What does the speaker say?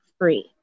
free